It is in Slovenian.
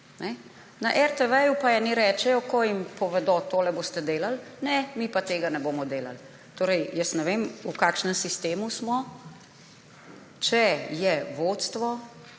Na RTV pa eni rečejo, ko jim povedo, to boste delali, ne, mi pa tega ne bomo delali. Jaz ne vem, v kakšnem sistemu smo. Če je vodstvo,